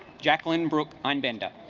jacqueline brooke i'm bender